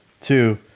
Two